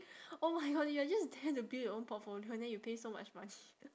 oh my god you are just there to build your own portfolio then you pay so much money